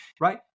right